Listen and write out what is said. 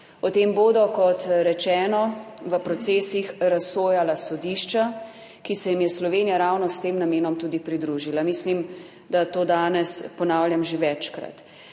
O tem bodo, kot rečeno, v procesih razsojala sodišča, ki se jim je Slovenija ravno s tem namenom tudi pridružila. Mislim, da to danes ponavljam že večkrat,